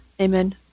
Amen